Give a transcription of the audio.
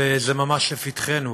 וזה ממש לפתחנו,